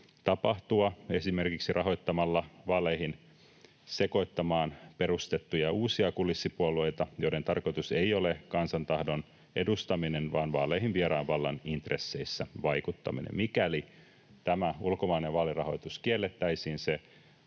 tapahtua esimerkiksi rahoittamalla vaaleihin sekoittamaan perustettuja uusia kulissipuolueita, joiden tarkoitus ei ole kansan tahdon edustaminen vaan vaaleihin vieraan vallan intresseissä vaikuttaminen. Mikäli tämä ulkomainen vaalirahoitus kiellettäisiin, se